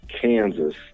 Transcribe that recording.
Kansas